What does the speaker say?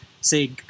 say